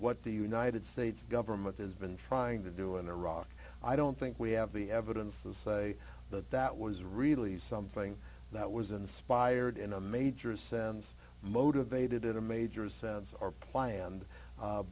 what the united states government has been trying to do in iraq i don't think we have the evidence to say that that was really something that was inspired in a major sense motivated in the majors or planned